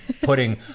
putting